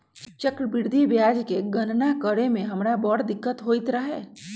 चक्रवृद्धि ब्याज के गणना करे में हमरा बड़ दिक्कत होइत रहै